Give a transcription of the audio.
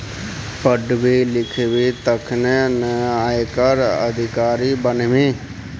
पढ़बिही लिखबिही तखने न आयकर अधिकारी बनबिही